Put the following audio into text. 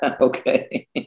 Okay